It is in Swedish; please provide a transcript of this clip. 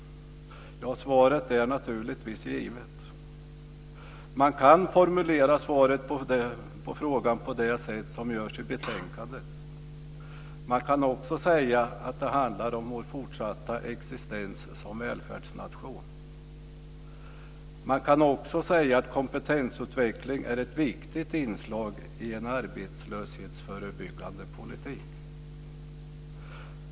Svaret är naturligtvis givet. Man kan formulera svaret på det sätt som görs i betänkandet. Man kan också säga att det handlar om vår fortsätta existens som välfärdsnation. Man kan också säga att kompetensutveckling är ett viktigt inslag i en arbetslöshetsförebyggande politik.